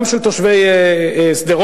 גם של תושבי שדרות,